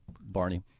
Barney